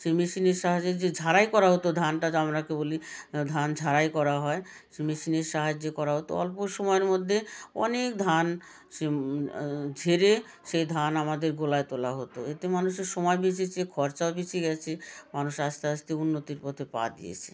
সেই মেশিনের সাহায্যে যে ঝাড়াই করা হতো ধানটা আমরা যাকে বলি ধান ঝাড়াই করা হয় সেই মেশিনের সাহায্যে করা হতো অল্প সময়ের মধ্যে অনেক ধান সে ঝেড়ে সে ধান আমাদের গোলায় তোলা হতো এতে মানুষের সময় বেঁচেছে খরচাও বেঁচে গেছে মানুষ আস্তে আস্তে উন্নতির পথে পা দিয়েছে